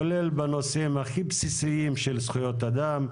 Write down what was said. כולל בנושאים הכי בסיסיים של זכויות אדם.